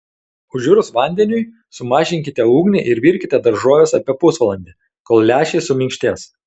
užvirus vandeniui sumažinkite ugnį ir virkite daržoves apie pusvalandį kol lęšiai suminkštės